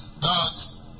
God's